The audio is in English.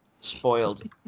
spoiled